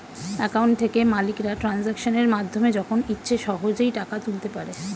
account থেকে মালিকরা ট্রানজাকশনের মাধ্যমে যখন ইচ্ছে সহজেই টাকা তুলতে পারে